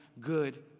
good